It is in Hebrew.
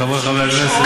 חברי חברי הכנסת,